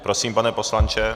Prosím, pane poslanče.